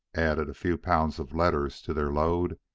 added a few pounds of letters to their load,